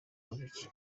muziki